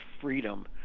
freedom